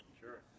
Sure